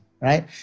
right